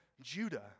Judah